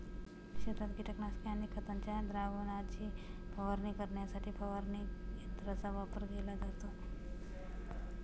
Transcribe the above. शेतात कीटकनाशके आणि खतांच्या द्रावणाची फवारणी करण्यासाठी फवारणी यंत्रांचा वापर केला जातो